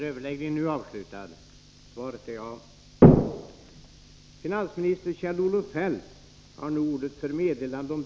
Herr talman!